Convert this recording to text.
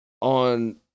on